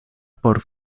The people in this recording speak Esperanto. por